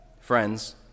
friends